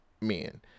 men